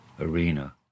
arena